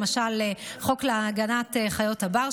למשל חוק להגנת חיות הבר,